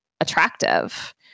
attractive